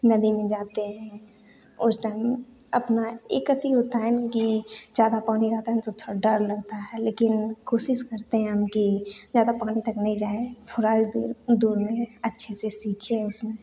नदी में जाते हैं उस टाइम अपना एक अती होता है कि ज़्यादा पानी रहता है ना थोड़ा डर लगता है लेकिन कोशिश करते हैं हम कि ज़्यादा पानी तक नहीं जाएँ थोड़ा ही दूर दूर में अच्छे से सीखें उसमें